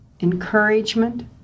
encouragement